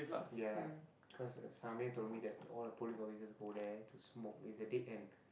ya cause uh Sameer told me that all the police always just go there to smoke it's a dead end